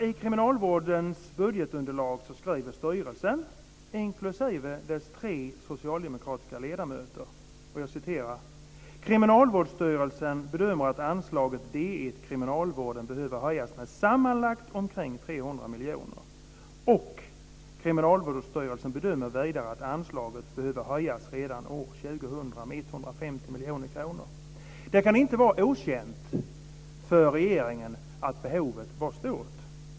I kriminalvårdens budgetunderlag skriver styrelsen, inklusive dess tre socialdemokratiska ledamöter: Kriminalvården behöver höjas med sammanlagt omkring 300 miljoner. Kriminalvårdsstyrelsen bedömer vidare att anslaget behöver höjas redan år 2000 med Det kan inte ha varit okänt för regeringen att behovet var stort.